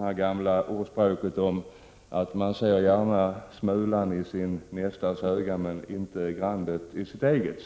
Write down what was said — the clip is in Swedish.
det gamla ordspråket som säger att man ser grandet i sin nästas öga, men inte bjälken i sitt eget.